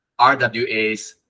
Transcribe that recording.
RWAs